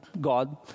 God